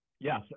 Yes